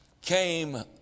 came